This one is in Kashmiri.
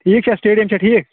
ٹھیٖک چھا سِٹیڈیَم چھا ٹھیٖک